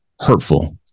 hurtful